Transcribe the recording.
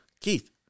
Keith